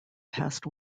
past